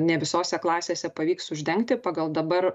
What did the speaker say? ne visose klasėse pavyks uždengti pagal dabar